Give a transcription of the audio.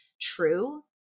true